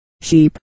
sheep